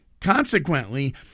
Consequently